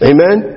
Amen